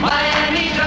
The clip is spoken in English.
Miami